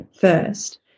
first